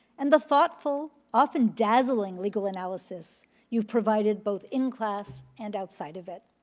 and the thoughtful, often dazzling legal analysis you provided both in class and outside of it.